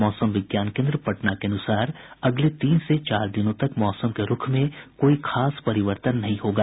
मौसम विज्ञान केन्द्र पटना के अनुसार अगले तीन से चार दिनों तक मौसम के रूख में कोई खास परिवर्तन नहीं होगा